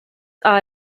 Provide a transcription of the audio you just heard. are